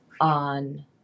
on